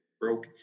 broke